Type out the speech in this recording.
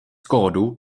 kódu